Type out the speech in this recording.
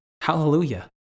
Hallelujah